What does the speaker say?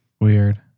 weird